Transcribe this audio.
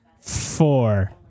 four